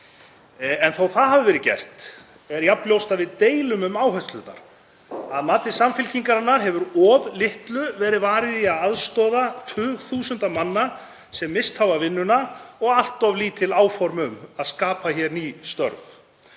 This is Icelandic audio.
En þó það hafi verið gert er jafn ljóst að við deilum um áherslurnar. Að mati Samfylkingarinnar hefur of litlu verið varið í að aðstoða tugþúsundir manna sem misst hafa vinnuna og allt of lítil áform um að skapa ný störf.